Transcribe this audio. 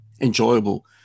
enjoyable